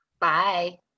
Bye